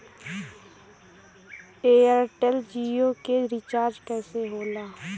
Airtel Jio के recharge कैसे होला?